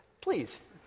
please